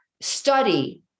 study